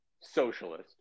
socialist